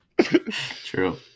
true